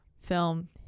film